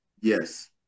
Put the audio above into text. Yes